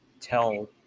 tell